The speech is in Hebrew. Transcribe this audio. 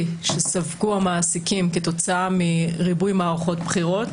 שספגו המעסיקים כתוצאה מריבוי מערכות בחירות.